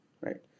right